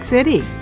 City